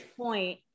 point